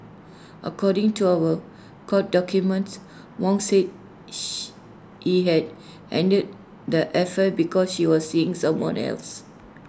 according to our court documents Wong said she he had ended the affair because she was seeing someone else